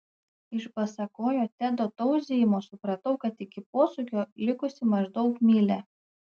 iš basakojo tedo tauzijimo supratau kad iki posūkio likusi maždaug mylia